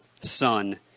Son